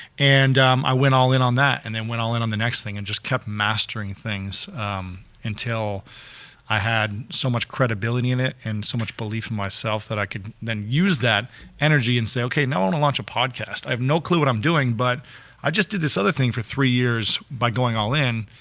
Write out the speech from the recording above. and i went all in on that, and then went all in on the next thing and just kept mastering things until i had so much credibility in it and so much belief in myself that i could then use that energy and say okay, now i wanna launch podcast. i have no clue what i'm doing, but i just did this other thing for three years by going all in,